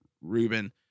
Ruben